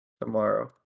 Tomorrow